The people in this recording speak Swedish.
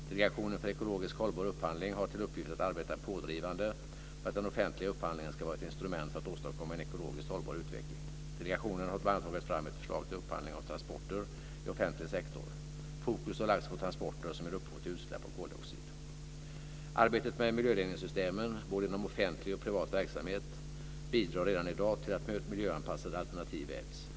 Delegationen för ekologisk hållbar upphandling har till uppgift att arbeta pådrivande för att den offentliga upphandlingen ska vara ett instrument för att åstadkomma en ekologiskt hållbar utveckling. Delegationen har bl.a. tagit fram förslag till upphandling av transporter i offentlig sektor. Fokus har lagts på transporter som ger upphov till utsläpp av koldioxid. Arbetet med miljöledningssystem, både inom offentlig och privat verksamhet, bidrar redan i dag till att miljöanpassade alternativ väljs.